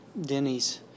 Denny's